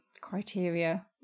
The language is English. criteria